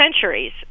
centuries